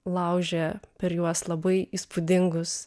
laužė per juos labai įspūdingus